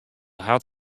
hat